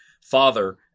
father